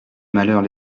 malheurs